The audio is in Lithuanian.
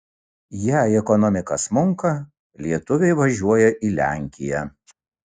jei ekonomika smunka lietuviai važiuoja į lenkiją